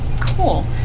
Cool